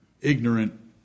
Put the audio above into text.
ignorant